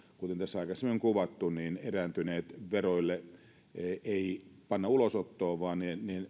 kuten tässä aikaisemmin on kuvattu erääntyneitä veroja ei panna ulosottoon vaan